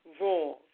wrong